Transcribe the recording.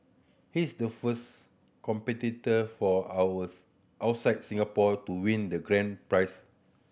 he's the first competitor for ours outside Singapore to win the grand prize